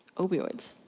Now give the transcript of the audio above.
opioids.